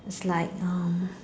it's like um